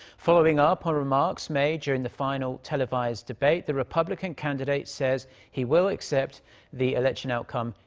following up on remarks made during the final televised debate. the republican candidate said he will accept the election outcome.